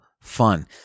fun